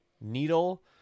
needle